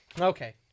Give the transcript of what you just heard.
Okay